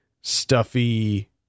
stuffy